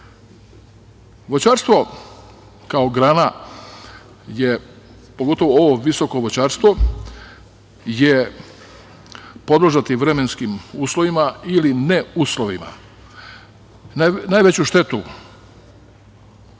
nivou. Voćarstvo kao grana, pogotovo ovo visoko voćarstvo, podložno je vremenskim uslovima ili ne uslovima. Najveću štetu